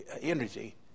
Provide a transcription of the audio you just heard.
energy